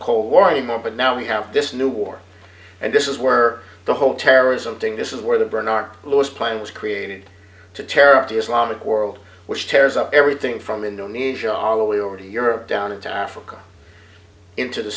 cold war anymore but now we have this new war and this is where the whole terrorism thing this is where the bernard lewis plan was created to tear up the islamic world which tears up everything from indonesia all the way over to europe down into africa into the